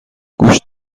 گوشت